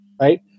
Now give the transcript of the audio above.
right